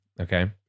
Okay